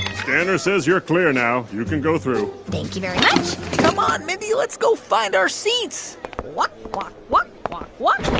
scanner says you're clear now you can go through thank you very much come on, ah mindy. let's go find our seats walk, walk, walk, walk, walk whoa